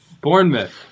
Bournemouth